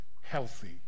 healthy